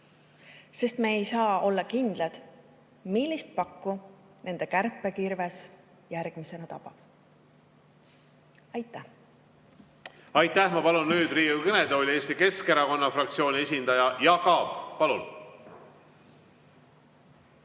sest me ei saa kindlalt teada, millist pakku nende kärpekirves järgmisena tabab. Aitäh!